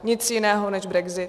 Nic jiného než brexit.